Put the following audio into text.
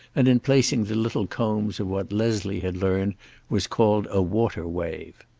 and in placing the little combs of what leslie had learned was called a water-wave.